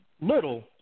little